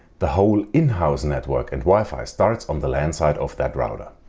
the whole in-house network and wi-fi starts on the lan side of that router.